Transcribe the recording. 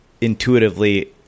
intuitively